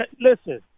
Listen